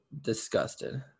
disgusted